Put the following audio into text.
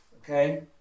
okay